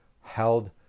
held